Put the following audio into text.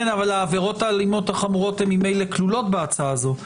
אבל העבירות האלימות החמורות ממילא כלולות בהצעה הזו.